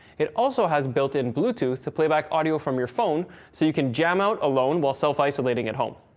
it also has built in bluetooth to playback audio from your phone so you can jam out alone while self-isolating at home.